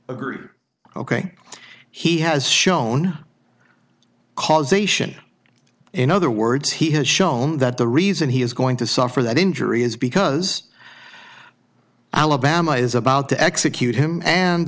agree ok he has shown causation in other words he has shown that the reason he is going to suffer that injury is because alabama is about to execute him and the